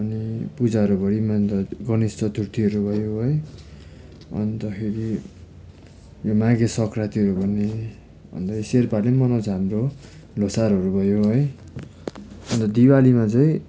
अनि पूजाहरू बडी मान्दा गणेश चतुर्थीहरू भयो है अन्तखेरि यो माघे सङ्क्रान्तिहरू भन्ने अन्त यो सेर्पाले पनि मनाउँछ हाम्रो लोसारहरू भयो है अन्त दिवालीमा चाहिँ